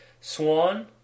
Swan